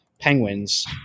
penguins